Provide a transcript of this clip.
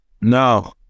No